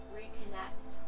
reconnect